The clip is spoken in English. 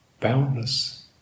Boundless